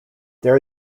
there